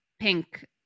pink